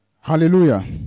hallelujah